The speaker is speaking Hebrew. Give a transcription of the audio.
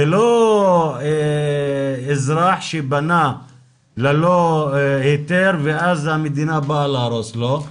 זה לא אזרח שבנה ללא היתר ואז המדינה באה להרוס לו,